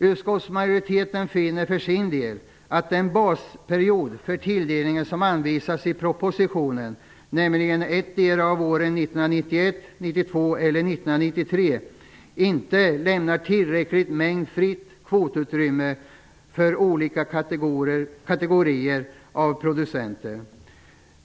Utskottsmajoriteten finner för sin del att den basperiod för tilldelningen som anvisas i propositionen, nämligen ettdera av åren 1991, 1992 eller 1993, inte lämnar tillräcklig mängd fritt kvotutrymme för olika kategorier av producenter.